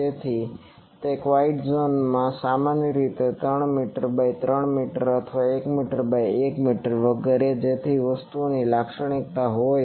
તેથી તે quiet zone સામાન્ય રીતે 3 મીટર બાય 3 મીટર અથવા 1 મીટર બાય 1 મીટર વગેરે જેથી તે વસ્તુની લાક્ષણિકતા હોય